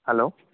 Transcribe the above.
hello